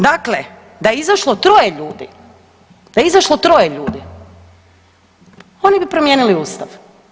Dakle, da je izašlo troje ljudi, da je izašlo troje ljudi oni bi promijenili ustav.